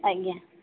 ଆଜ୍ଞା